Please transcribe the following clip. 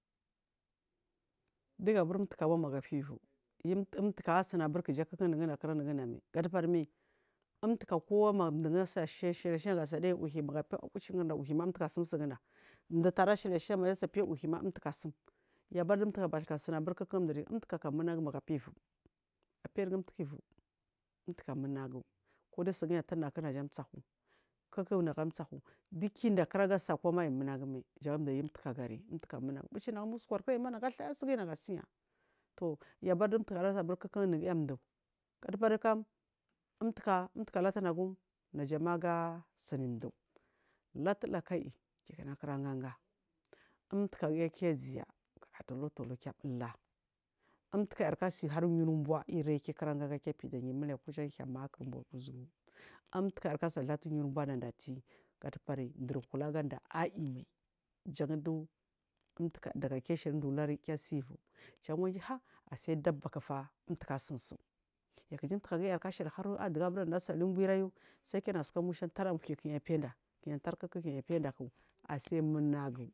Ndu gabri mtuka ban duja afiya wu umtaku asuni aburi kuku aburi unuguda aga aiyi unuguda mai, fudubari ma untuka kowa mandu ku ashali ashna ga nayi uhuri maju awuchigurda uhuwi mdutama maza asa wuchigarda uhuwi ma nada asum ya abari du untuka bathuka suni kuku mduri umtuka kam munagu magu afiya wu apirga untuka wa munafu ku dusujuya atunakur naja amtsaku kuku naja amisaka duki inda kura su akirama ayu munagu mai mji ayu untuka gari buchingum ma usukwar kurayima nafu bathuka thaya susuyima ga suya toh abari duntaka anu abari kuku nuzuya mdu zadubari kam untuka untuka latun najum najama gasuni mdu latu lakayi gu kuraganga untukagiya giu aziya bada tolo tolo giyu abula, untukayarku asihar umir buwa irayu gul kura ganga wajan hiya makur ubari kuzugu nada thafu umirbuna nada ti gadubai ndur kula duda ayimai yan du, umtika daga giya ashili dunda uwari gu asi wujan wagu har dabakufa asumdu isu kuji umtukayartu asa lumba iyau sackianaska, musha taramu uhuso kuyu anada kuya antari kuku kuyi anadaku munagu.